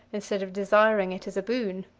instead of desiring it as a boon.